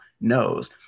knows